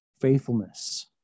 faithfulness